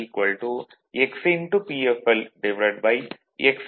Pfl x